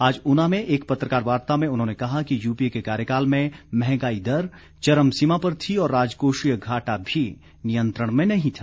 आज ऊना में एक पत्रकार वार्ता में उन्होंने कहा कि यूपीए के कार्यकाल में महंगाई दर चरम सीमा पर थी और राजकोषीय घाटा भी नियंत्रण में नहीं था